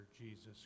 Jesus